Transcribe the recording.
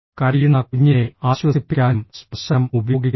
കരയുന്ന കുഞ്ഞിനെ ആശ്വസിപ്പിക്കാനും സ്പർശനം ഉപയോഗിക്കുന്നു